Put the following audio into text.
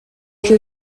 que